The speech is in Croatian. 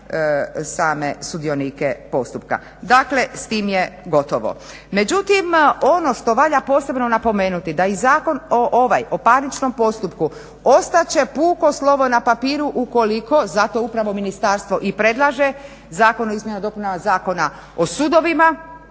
same sudionike postupka. Dakle, s tim je gotovo. Međutim, ono što valja posebno napomenuti da i Zakon o parničnom postupku ostat će puko slovo na papiru ukoliko, zato upravo ministarstvo i predlaže Zakon o izmjenama i dopunama Zakona o sudovima,